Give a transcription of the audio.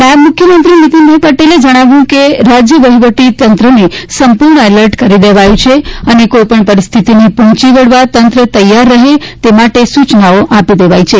નાયબ મુખ્યમંત્રી નીતિન પટેલે જણાવ્યું કે રાજ્ય વહીવટી તંત્રને સંપૂર્ણ એલર્ટ કરી દેવાયું છે અને કોઈપણ પરિસ્થિતિને પહોંચી વળવા તંત્ર તૈયાર રહે તે માટે સૂચના પણ આપી દેવાઈ છે